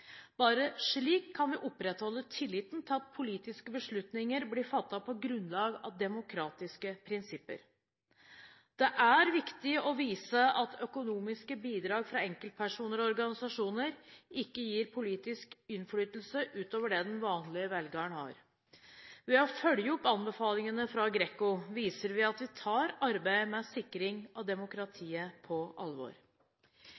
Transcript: Bare slik kan vi opprettholde tilliten til at politiske beslutninger blir fattet på grunnlag av demokratiske prinsipper. Det er viktig å vise at økonomiske bidrag fra enkeltpersoner og organisasjoner ikke gir politisk innflytelse utover det den vanlige velgeren har. Ved å følge opp anbefalingene fra GRECO viser vi at vi tar arbeidet med sikring av